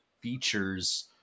features